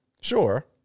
Sure